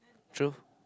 true